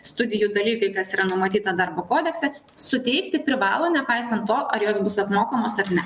studijų dalykai kas yra numatyta darbo kodekse suteikti privalo nepaisant to ar jos bus apmokamos ar ne